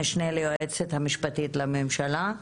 המשנה ליועצת המשפטית לממשלה.